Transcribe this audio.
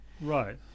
Right